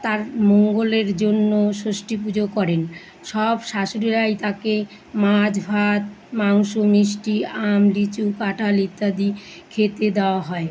তার মঙ্গলের জন্য ষষ্ঠী পুজো করেন সব শাশুড়িরাই তাকে মাছ ভাত মাংস মিষ্টি আম লিচু কাঁঠাল ইত্যাদি খেতে দাওয়া হয়